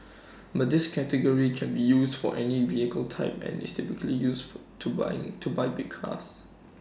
but this category can be use for any vehicle type and is typically use to buy to buy big cars